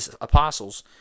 apostles